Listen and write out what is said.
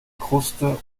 kruste